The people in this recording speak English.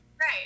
Right